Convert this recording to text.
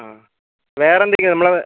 ആ വേറെ എന്തൊക്കെയാണ് നമ്മൾ